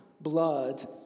blood